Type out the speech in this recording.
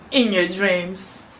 in your dreams